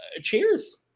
cheers